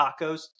tacos